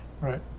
Right